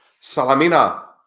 Salamina